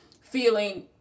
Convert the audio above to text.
feeling